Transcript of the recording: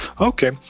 Okay